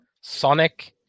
Sonic